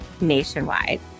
nationwide